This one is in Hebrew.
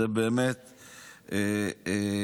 זה באמת תיקון,